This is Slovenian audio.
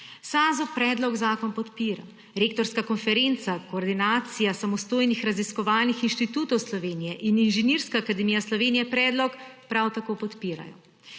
Sazu predlog zakona podpira, Rektorska konferenca, Koordinacija samostojnih raziskovalnih inštitutov Slovenije in Inženirska akademija Slovenije predlog prav tako podpirajo.